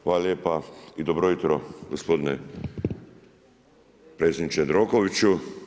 Hvala lijepo i dobro jutro gospodine predsjedniče Jandrokoviću.